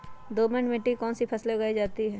दोमट मिट्टी कौन कौन सी फसलें उगाई जाती है?